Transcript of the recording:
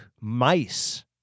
mice